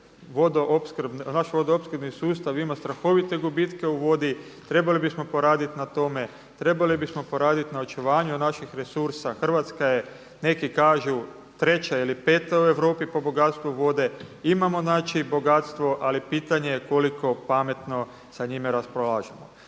naš vodoopskrbni sustav ima strahovite gubitke u vodi, trebali bismo poraditi na očuvanju naših resursa. Hrvatska je neki kažu treća ili peta u Europi po bogatstvu vode, imamo bogatstvo ali pitanje je koliko pametno sa njime raspolažemo.